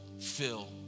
fill